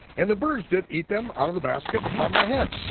and the birds did eat them out of the basket upon my head.